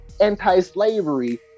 anti-slavery